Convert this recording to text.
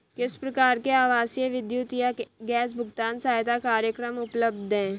किस प्रकार के आवासीय विद्युत या गैस भुगतान सहायता कार्यक्रम उपलब्ध हैं?